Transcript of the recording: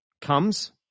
comes